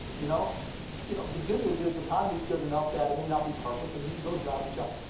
you know you know the good news is the economy's good enough that it may not be perfect, but you can go job to job.